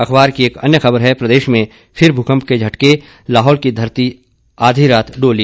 अखबार की एक अन्य खबर है प्रदेश में फिर भूकंप के झटके लाहौल की धरती आधी रात डोली